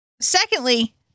Secondly